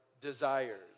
desires